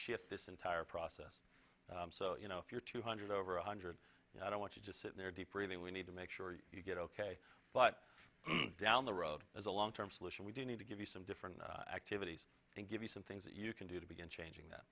shift this entire process so you know if you're two hundred over a hundred i don't want to just sit there deep breathing we need to make sure you get ok but down the road as a long term solution we do need to give you some different activities and give you some things that you can do to begin changing that